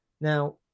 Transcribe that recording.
now